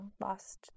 lost